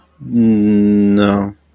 no